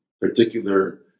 particular